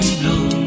blow